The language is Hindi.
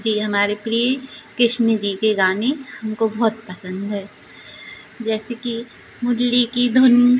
जी हमारे प्रिय कृष्ण जी के गाने हमको बहुत पसन्द हैं जैसे कि मुरली की धुन